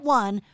one